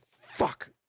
fuck